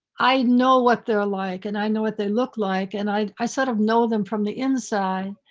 i know what they're like, and i know what they look like and i i sort of know them from the inside.